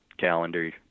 calendar